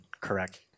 correct